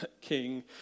king